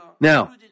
Now